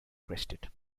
crested